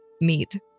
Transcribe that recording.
meat